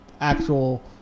actual